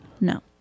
No